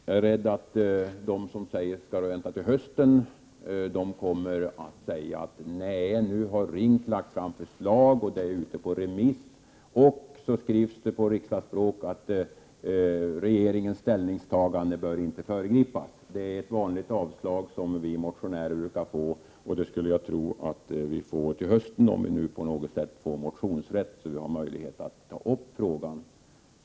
Jag är rädd för att de som säger sig vilja vänta till hösten sedan kommer att säga: Nej, nu har RINK lagt fram förslag och det är ute på remiss. Sedan skriver man på riksdagsspråk att ”regeringens ställningstagande bör icke föregripas”. Det är en vanlig formulering i de avstyrkanden som vi motionärer brukar få, och jag tror att vi får ett sådant svar till hösten — om vi nu på något sätt får motionsrätt så att vi får möjlighet att ta upp frågan.